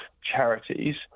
charities